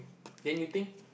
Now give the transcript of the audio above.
then you think